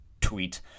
tweet